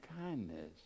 kindness